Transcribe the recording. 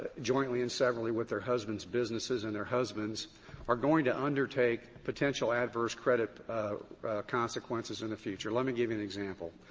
jointly and severally with their husbands' businesses and their husbands are going to undertake potential adverse credit consequences in the future. let me give you an example.